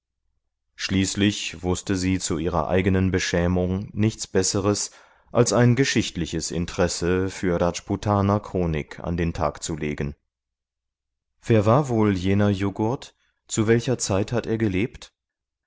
schließlich wußte sie zu ihrer eigenen beschämung nichts besseres als ein geschichtliches interesse für rajputaner chronik an den tag zu legen wer war wohl jener juggurt zu welcher zeit hat er gelebt